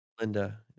Linda